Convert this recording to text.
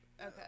Okay